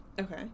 Okay